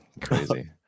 Crazy